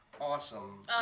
awesome